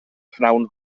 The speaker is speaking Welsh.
prynhawn